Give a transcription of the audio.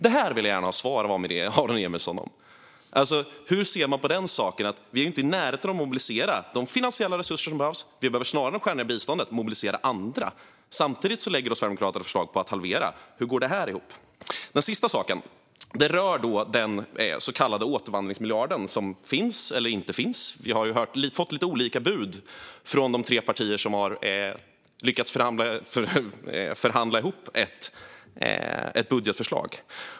Det här vill jag gärna att Aron Emilsson svarar på. Hur ser man på den saken? Vi är inte i närheten av att mobilisera de finansiella resurser som behövs; vi behöver snarare skära ned biståndet och mobilisera andra. Samtidigt lägger Sverigedemokraterna fram förslag på att halvera. Hur går det här ihop? Den andra saken rör den så kallade återvandringsmiljard som finns, eller inte finns. Vi har ju fått lite olika bud från de tre partier som har lyckats förhandla ihop ett budgetförslag.